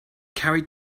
carried